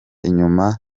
inyuma